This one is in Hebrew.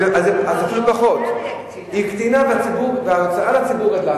היא הקטינה וההוצאה של הציבור גדלה.